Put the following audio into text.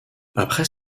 après